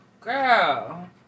Girl